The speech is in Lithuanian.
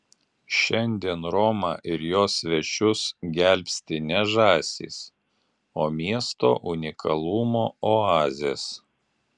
šiandien romą ir jos svečius gelbsti ne žąsys o miesto unikalumo oazės